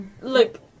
look